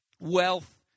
wealth